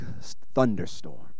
thunderstorm